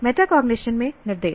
metacognition में निर्देश